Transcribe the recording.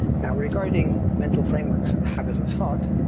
now regarding mental frameworks and habits of thought,